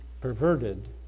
perverted